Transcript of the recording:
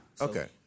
Okay